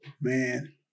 Man